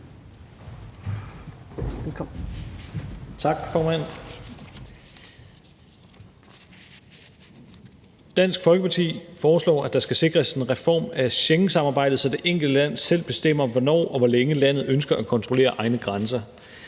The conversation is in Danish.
Dansk Folkeparti foreslår, at der skal sikres en reform af Schengensamarbejdet, så det enkelte land selv bestemmer, hvornår og hvor længe landet ønsker at kontrollere egne grænser.